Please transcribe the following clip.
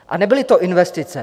A nebyly to investice.